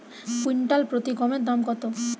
Quintal প্রতি গমের দাম কত?